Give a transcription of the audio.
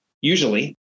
usually